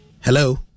Hello